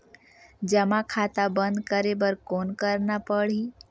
जमा खाता बंद करे बर कौन करना पड़ही?